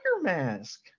Mask